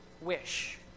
wish